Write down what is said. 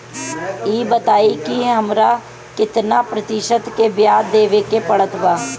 ई बताई की हमरा केतना प्रतिशत के ब्याज देवे के पड़त बा?